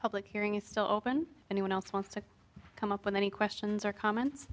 public hearing is still open anyone else wants to come up with any questions or comments